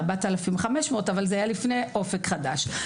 ב-4,500 שקל אבל זה היה לפני אופק חדש,